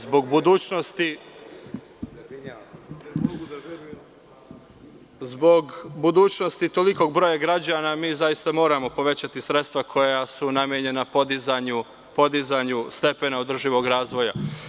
Zbog budućnosti tolikog broja građana mi zaista moramo povećati sredstva koja su namenjena podizanju stepena održivog razvoja.